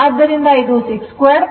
ಆದ್ದರಿಂದ ಇದು 62 82 ವಾಗಿರುತ್ತದೆ